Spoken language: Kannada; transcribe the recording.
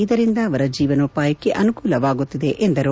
ಇದರಿಂದ ಅವರ ಜೀವನೋಪಾಯಕ್ಕೆ ಅನುಕೂಲವಾಗುತ್ತಿದೆ ಎಂದರು